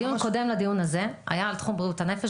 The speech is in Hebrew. הדיון הקודם לדיון הזה היה על תחום בריאות הנפש,